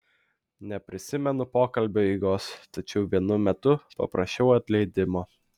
neprisimenu pokalbio eigos tačiau vienu metu paprašiau atleidimo